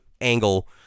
angle